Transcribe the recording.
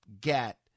get